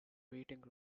waiting